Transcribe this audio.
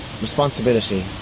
responsibility